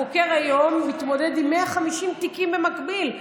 חוקר מתמודד היום עם 150 תיקים במקביל,